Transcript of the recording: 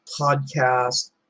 podcast